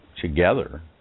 together